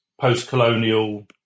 post-colonial